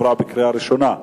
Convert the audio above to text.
התש"ע 2010,